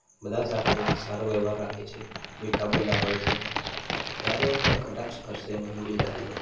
બધા સાથે સારો વ્યવહાર રાખે છે મીઠાબોલા હોય છે ક્યારેય પણ કટાક્ષ કરશે નહિ ગુજરાતી લોકો